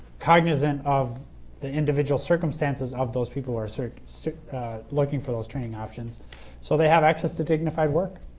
cognizant of the individual circumstances of those people who are sort of so looking for those training options so they have access to dignified work.